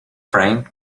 frank